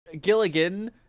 Gilligan